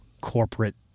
corporate